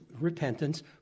repentance